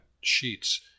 sheets